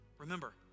Remember